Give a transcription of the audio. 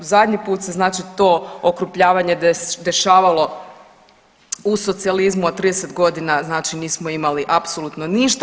Zadnji put se znači to okrupnjavanje dešavalo u socijalizmu, od 30 godina znači nismo imali apsolutno ništa.